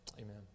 amen